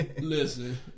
Listen